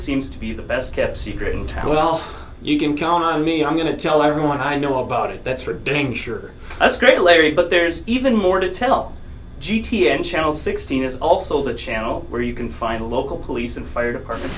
seems to be the best kept secret in town well you can count on me i'm going to tell everyone i know about it that's for damn sure that's great larry but there's even more to tell g t n channel sixteen is also the channel where you can find a local police and fire department